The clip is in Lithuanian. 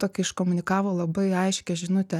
tokį iškomunikavo labai aiškią žinutę